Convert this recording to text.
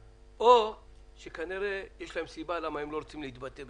או שכנראה יש להם סיבה שהם לא רוצים להתבטא.